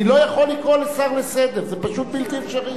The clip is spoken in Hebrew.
אני לא יכול לקרוא לשר לסדר, זה פשוט בלתי אפשרי.